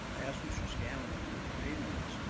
asked mr. scannell when we were creating this.